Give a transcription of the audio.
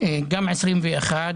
גם לגיל 21,